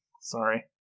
Sorry